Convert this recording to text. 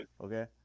Okay